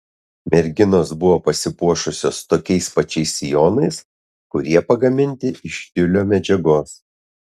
merginos buvo pasipuošusios tokiais pačiais sijonais kurie pagaminti iš tiulio medžiagos